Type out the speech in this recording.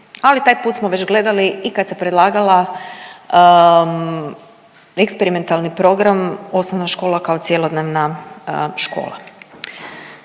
ali taj put smo već gledali i kad se predlagala Eksperimentalni program osnovna škola kao cjelodnevna škola.